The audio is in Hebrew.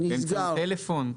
נסגר.